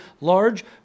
large